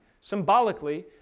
symbolically